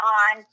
on